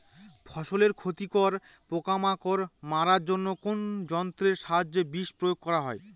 ফসলের ক্ষতিকর পোকামাকড় মারার জন্য কোন যন্ত্রের সাহায্যে বিষ প্রয়োগ করা হয়?